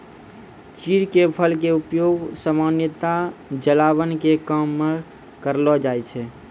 चीड़ के फल के उपयोग सामान्यतया जलावन के काम मॅ करलो जाय छै